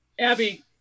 Abby